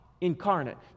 incarnate